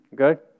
Okay